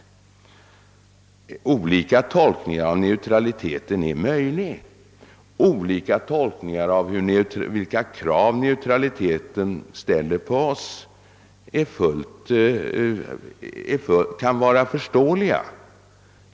Olika tolkningar av neutraliteten är möjliga och även olika tolkningar av vilka krav neutraliteten ställer på oss kan vara förståeliga.